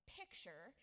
picture